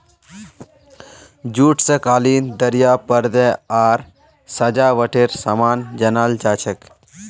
jute स कालीन दरियाँ परदे आर सजावटेर सामान बनाल जा छेक